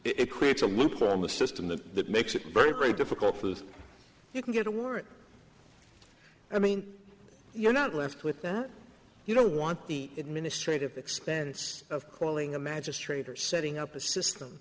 it creates a loop around the system that makes it very very difficult for you can get a warrant i mean you're not left with that you don't want the administrative expense of calling a magistrate or setting up a system